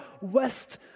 west